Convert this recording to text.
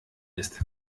ist